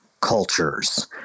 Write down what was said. cultures